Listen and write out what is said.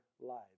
lives